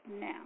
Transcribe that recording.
now